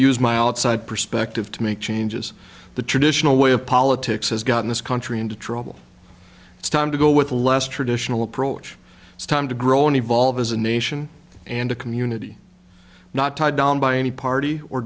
perspective to make changes the traditional way of politics has gotten this country into trouble it's time to go with less traditional approach it's time to grow and evolve as a nation and a community not tied down by any party or